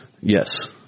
Yes